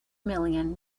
million